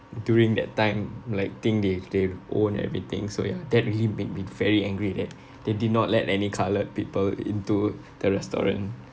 during that time like think they they own everything so ya that really made me very angry that they did not let any coloured people into the restaurant